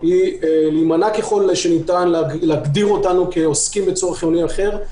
להימנע ככל הניתן להגדיר אותנו כעוסקים לצורך חיוני אחר,